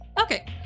Okay